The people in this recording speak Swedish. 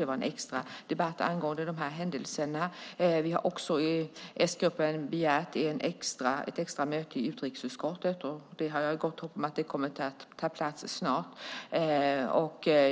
Det var en extra debatt angående dessa händelser. Vi har dessutom i s-gruppen begärt ett extra möte i utrikesutskottet, och jag har gott hopp om att det kommer att äga rum snart.